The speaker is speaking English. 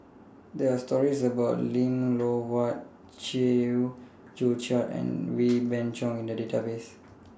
There Are stories about Lim Loh Huat Chew Joo Chiat and Wee Beng Chong in The Database